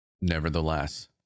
Nevertheless